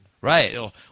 Right